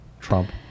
Trump